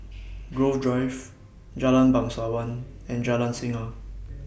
Grove Drive Jalan Bangsawan and Jalan Singa